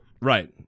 Right